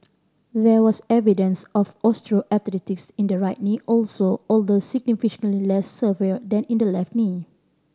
there was evidence of osteoarthritis in the right knee also although significantly less severe than in the left knee